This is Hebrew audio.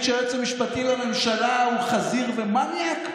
שהיועץ המשפטי לממשלה הוא חזיר ומניאק?